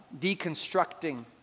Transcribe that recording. deconstructing